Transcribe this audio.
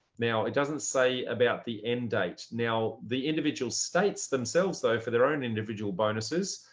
now, it doesn't say about the end date. now, the individual states themselves though for their own individual bonuses.